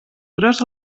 gros